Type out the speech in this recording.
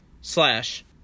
slash